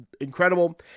incredible